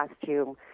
costume